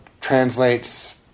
translates